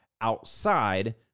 outside